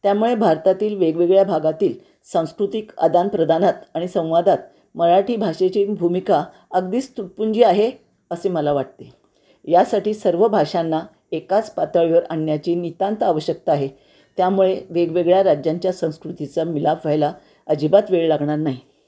त्यामुळे भारतातील वेगवेगळ्या भागातील सांस्कृतिक आदानप्रदानात आणि संवादात मराठी भाषेची भूमिका अगदीच तुटपुंजी आहे असे मला वाटते यासाठी सर्व भाषांना एकाच पातळीवर आणण्याची नितांत आवश्यकता आहे त्यामुळे वेगवेगळ्या राज्यांच्या संस्कृतीचा मिलाफ व्हायला अजिबात वेळ लागणार नाही